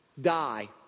die